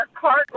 cart